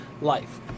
life